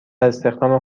استخدام